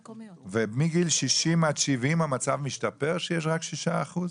ומגיל 60 עד 70 המצב משתפר, שיש רק 6%?